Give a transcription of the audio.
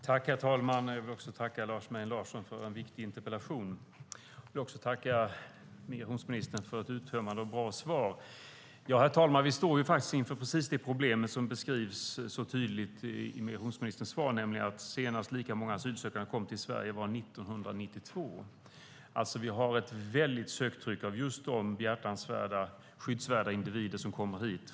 Herr talman! Jag vill också tacka Lars Mejern Larsson för en viktig interpellation och tacka migrationsministern för ett uttömmande och bra svar. Herr talman! Vi står inför precis det problem som så tydligt beskrivs i migrationsministerns svar, nämligen att senast det kom lika många asylsökande som nu till Sverige var 1992. Vi har alltså ett väldigt söktryck från de behjärtansvärda och skyddsvärda individer som kommer hit.